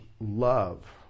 love